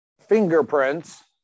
fingerprints